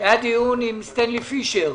היה דיון עם סטנלי פישר.